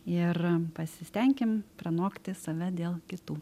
ir pasistenkim pranokti save dėl kitų